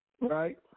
Right